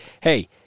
hey